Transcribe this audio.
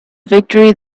victory